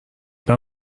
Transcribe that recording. برم